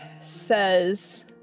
says